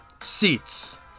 seats